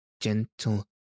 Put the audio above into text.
gentle